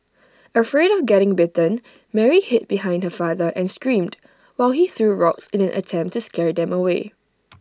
afraid of getting bitten Mary hid behind her father and screamed while he threw rocks in an attempt to scare them away